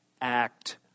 act